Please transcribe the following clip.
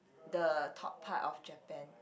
the top part of Japan